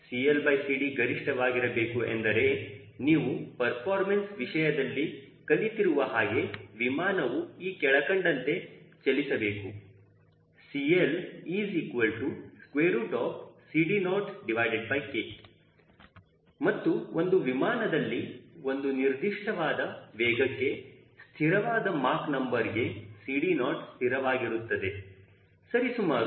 CLCD ಗರಿಷ್ಠ ವಾಗಿರಬೇಕು ಎಂದರೆ ನೀವು ಪರ್ಫಾರ್ಮೆನ್ಸ್ ವಿಷಯದಲ್ಲಿ ಕಲಿತಿರುವ ಹಾಗೆ ವಿಮಾನವು ಈ ಕೆಳಕಂಡಂತೆ ಚಲಿಸಬೇಕು CLCD0K ಮತ್ತು ಒಂದು ವಿಮಾನದಲ್ಲಿ ಒಂದು ನಿರ್ದಿಷ್ಟವಾದ ವೇಗಕ್ಕೆ ಸ್ಥಿರವಾದ ಮಾಕ್ ನಂಬರ್ಗೆ CD0 ಸ್ಥಿರವಾಗಿರುತ್ತದೆ